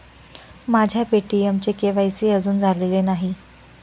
माझ्या पे.टी.एमचे के.वाय.सी अजून झालेले नाही